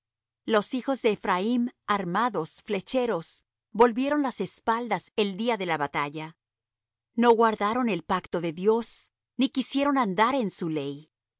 los hijos de ephraim armados flecheros volvieron las espaldas el día de la batalla no guardaron el pacto de dios ni quisieron andar en su ley